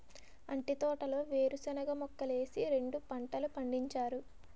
అంటి తోటలో వేరుశనగ మొక్కలేసి రెండు పంటలు పండించారు